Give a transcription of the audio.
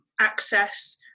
access